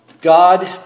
God